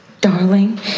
Darling